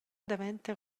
daventa